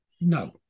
no